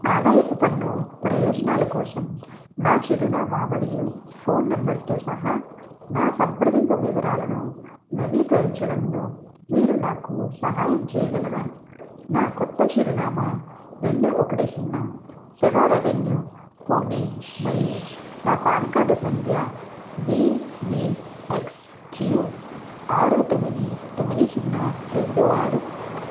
ఆదాయపు పన్ను ప్రయోజనాల కోసం నా చిరునామా మరియు ఫోన్ నెంబర్తో సహా నా సంప్రదింపు వివరాలను నవీకరించడంలో మీరు నాకు సహాయం చేయగలరా నా కొత్త చిరునామా రెండు ఒకటి సున్నా సెడార్ అవెన్యూ పూణే మరియు నా పాన్ కార్డు సంఖ్య బీ బీ ఎక్స్ క్యూ ఆరు తొమ్మిది తొమ్మిది సున్నా రెండు ఆరు